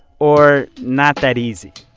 or not that easy.